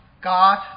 God